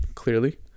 clearly